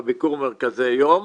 בביקור במרכזי היום.